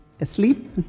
asleep